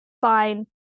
fine